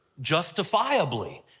justifiably